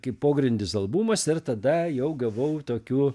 kaip pogrindis albumas ir tada jau gavau tokių